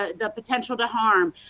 ah the potential to harm.